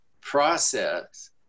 process